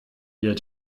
wir